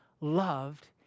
loved